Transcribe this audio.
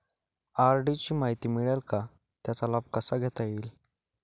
RD ची माहिती मिळेल का, त्याचा लाभ कसा घेता येईल?